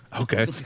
Okay